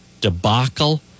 debacle